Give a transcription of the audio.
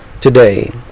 today